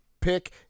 pick